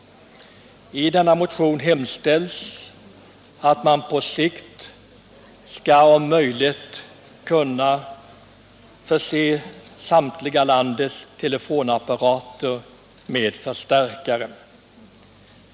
I motionen framhålles att man på sikt om möjligt borde förse landets samtliga telefonapparater med förstärkare.